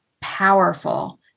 powerful